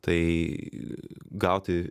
tai gauti